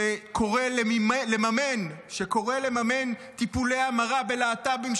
שקורא לממן טיפולי המרה ללהט"בים,